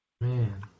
Man